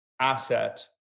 asset